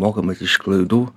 mokomės iš klaidų